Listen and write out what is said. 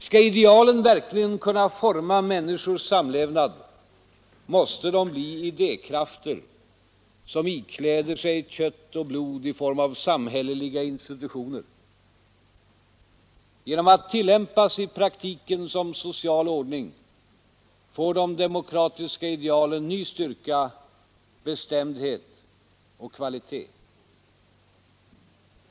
Skall idealen verkligen kunna forma människors samlevnad måste de bli idékrafter som ikläder sig kött och praktiken som social ordning får de demokratiska idealen ny styrka, Onsdagen den bestämdhet och kvalitet.